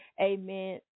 Amen